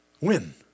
win